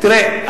תראה,